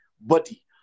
body